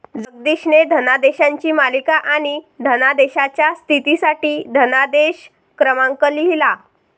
जगदीशने धनादेशांची मालिका आणि धनादेशाच्या स्थितीसाठी धनादेश क्रमांक लिहिला